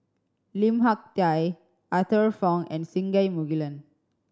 Lim Hak Tai Arthur Fong and Singai Mukilan